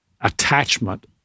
attachment—